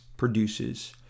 produces